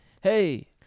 hey